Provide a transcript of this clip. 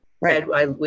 Right